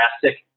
drastic